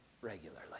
regularly